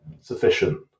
sufficient